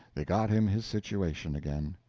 they got him his situation again.